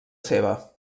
seva